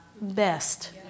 best